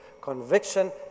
Conviction